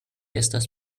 estas